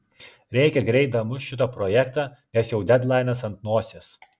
reikia greit damušt šitą projektą nes jau dedlainas ant nosies